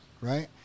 right